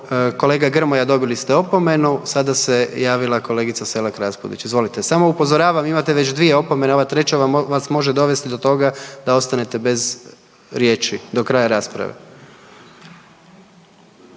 Kolega Grmoja dobili ste opomenu, sada se javila kolegica Selak Raspudić, izvolite. Samo upozoravam, imate već dvije opomene, ova treća vas može dovesti do toga da ostanete bez riječi do kraja rasprave.